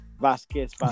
Vasquez